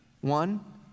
One